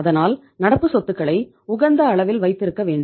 அதனால் நடப்பு சொத்துக்களை உகந்த அளவில் வைத்திருக்க வேண்டும்